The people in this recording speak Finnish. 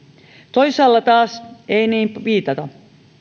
toisaalla taas ei niin piitata